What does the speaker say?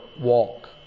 walk